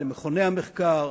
למכוני המחקר,